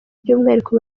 by’umwihariko